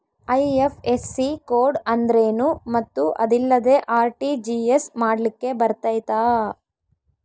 IFSC code ಅಂದ್ರೇನು ಮತ್ತು ಅದಿಲ್ಲದೆ ಆರ್.ಟಿ.ಜಿ.ಎಸ್ ಮಾಡ್ಲಿಕ್ಕೆ ಬರ್ತೈತಾ?